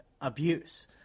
abuse